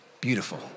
beautiful